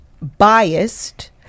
biased